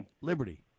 liberty